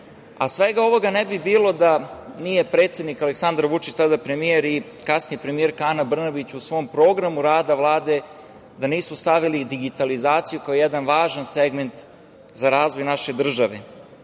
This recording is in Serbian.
zemlje. Svega ovoga ne bi bilo da predsednik Aleksandar Vučić, tada premijer, i kasnije premijerka Ana Brnabić u svom programu rada Vlade, nisu stavili digitalizaciju kao jedan važan segment za razvoj naše države,